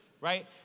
right